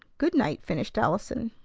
good-night, finished allison.